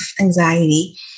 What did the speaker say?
anxiety